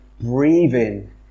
breathing